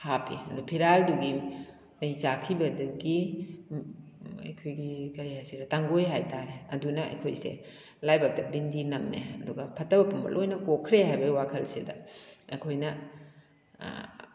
ꯍꯥꯞꯄꯤ ꯐꯤꯔꯥꯜꯗꯨꯗꯒꯤ ꯃꯩ ꯆꯥꯛꯈꯤꯕꯗꯨꯒꯤ ꯑꯩꯈꯣꯏꯒꯤ ꯀꯔꯤ ꯍꯥꯏꯁꯤꯔꯥ ꯇꯥꯡꯀꯣꯏ ꯍꯥꯏꯇꯥꯔꯦ ꯑꯗꯨꯅ ꯑꯩꯈꯣꯏꯁꯦ ꯂꯥꯏꯕꯛꯇ ꯕꯤꯟꯗꯤ ꯅꯝꯃꯦ ꯑꯗꯨꯒ ꯐꯠꯇꯕ ꯄꯨꯝꯕ ꯂꯣꯏꯅ ꯀꯣꯛꯈ꯭ꯔꯦ ꯍꯥꯏꯕꯩ ꯋꯥꯈꯜꯁꯤꯗ ꯑꯩꯈꯣꯏꯅ